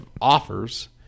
offers